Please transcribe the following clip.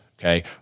okay